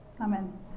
Amen